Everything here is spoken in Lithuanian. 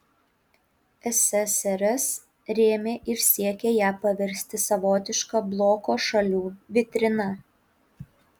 ssrs rėmė ir siekė ją paversti savotiška bloko šalių vitrina